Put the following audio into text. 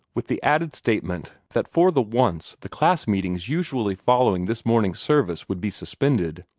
with the added statement that for the once the class-meetings usually following this morning service would be suspended.